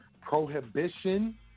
prohibition